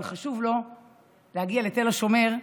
אבל חשוב לו להגיע לתל השומר,